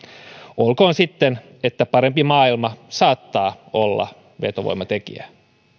olkoonkin sitten että parempi maailma saattaa olla vetovoimatekijä